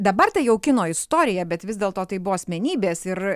dabar tai jau kino istorija bet vis dėl to tai buvo asmenybės ir